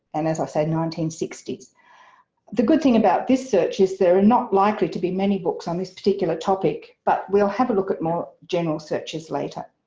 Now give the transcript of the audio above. and as i say nineteen sixty s the good thing about this search is there are not likely to be many books on this particular topic but we'll have a look at more general searches later.